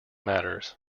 matters